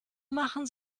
machen